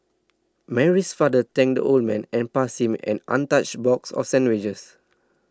Mary's father thanked the old man and passed him an untouched box of sandwiches